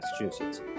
Massachusetts